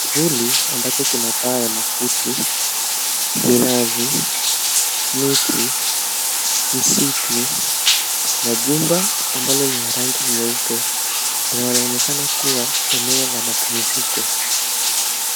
Kivuli ambacho kina paa ya makuti, minazi, miti, msitu na jumba ambalo lina rangi nyeupe linaloonekana kuwa eneo la mapumziko.